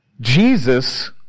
Jesus